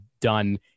done